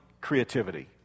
creativity